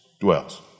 dwells